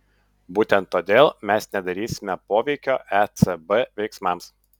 būtent todėl mes nedarysime poveikio ecb veiksmams